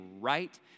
right